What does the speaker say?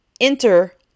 Enter